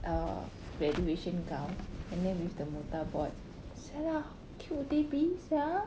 a graduation gown and then with the mortarboard !siala! how cute would they be sia